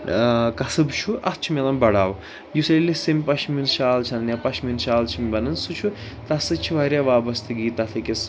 ٲں کسٕب چھُ اَتھ چھُ میلان بَڑھاو یُس ییٚلہِ أسۍ سیٚمہِ پَشمیٖن شال چھ اَنان یا پَشمیٖن شال چھِ یِم بَنان سُہ چھُ تتھ سۭتۍ چھِ واریاہ وابستگی تَتھ أکِس